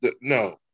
No